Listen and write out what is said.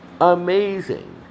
amazing